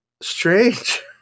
strange